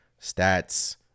stats